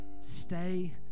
Stay